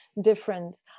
different